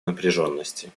напряженности